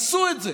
עשו את זה